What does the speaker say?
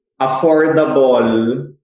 affordable